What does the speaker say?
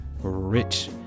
rich